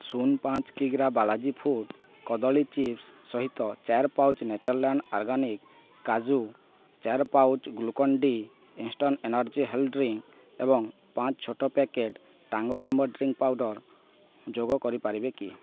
ଶୂନ ପାଞ୍ଚ କିଗ୍ରା ବାଲାଜି ଫୁଡ଼୍ କଦଳୀ ଚିପ୍ସ୍ ସହିତ ଚାରି ପାଉଚ୍ ନେଚର୍ଲ୍ୟାଣ୍ଡ୍ ଆର୍ଗାନିକ୍ କାଜୁ ଚାରି pouch Glucon D instant energy health drink ଏବଂ ପାଞ୍ଚ୍ ଛୋଟ ପ୍ୟାକେଟ୍ ଟାଙ୍ଗ ଆମ୍ବ ଡ୍ରିଙ୍କ୍ ପାଉଡ଼ର୍ ଯୋଗ କରିପାରିବେ କି